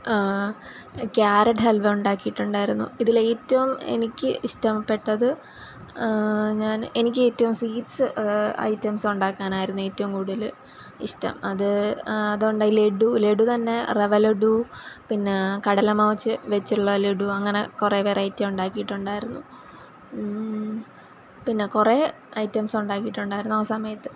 carrot halwa ഉണ്ടാക്കിയിട്ടുണ്ടായിരുന്നു ഇതിലേറ്റവും എനിക്ക് ഇഷ്ടം പെട്ടത് ഞാൻ എനിക്കേറ്റവും സ്വീറ്റ്സ്സ് ഐറ്റംസ് ഉണ്ടാക്കാനായിരുന്നു ഏറ്റവും കൂട്തല് ഇഷ്ടം അത് അതുകൊണ്ട് ഇ ലെഡ്ഡു ലെഡ്ഡു തന്നെ റവ ലെഡ്ഡു പിന്നെ കടലമാവ് വെച്ച് വെച്ചുള്ള ലെഡ്ഡു അങ്ങനെ കുറെ വെറൈറ്റി ഉണ്ടാക്കിയിട്ടുണ്ടായിരുന്നു പിന്നെ കുറെ ഐറ്റംസ് ഉണ്ടാക്കിയിട്ടുണ്ടായിരുന്നു ആ സമയത്ത്